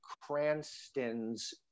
Cranston's